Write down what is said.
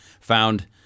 found